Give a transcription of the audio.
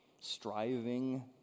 striving